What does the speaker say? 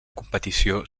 competició